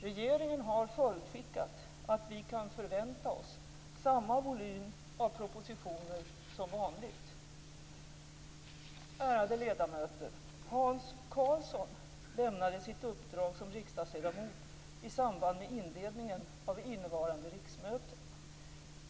Regeringen har förutskickat att vi kan förvänta oss samma volym av propositioner som vanligt. Ärade ledamöter! Hans Karlsson lämnade sitt uppdrag som riksdagsledamot i samband med inledningen av innevarande riksmöte.